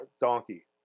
donkey